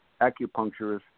acupuncturist